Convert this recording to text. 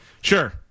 Sure